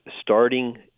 Starting